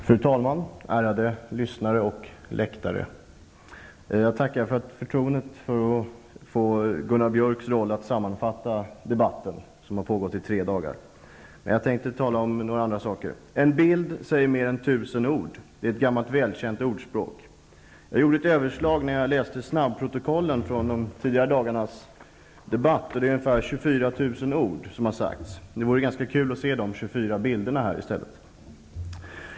Fru talman! Ärade lyssnare och läktare! Jag tackar för förtroendet att få Gunnar Biörcks roll att sammanfatta debatten som har pågått i tre dagar. En bild säger mer än tusen ord. Det är ett gammalt välkänt ordspråk. Jag gjorde ett överslag när jag läste snabbprotokollen från de tidigare dagarnas debatt. Det är fråga om ungefär 24 000 ord som har sagts. Det vore ganska roligt att få se de 24 bilderna i stället.